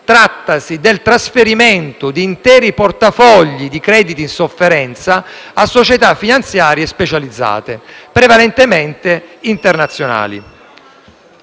Trattasi della cessione di interi portafogli crediti in sofferenza a società finanziarie specializzate, prevalentemente internazionali.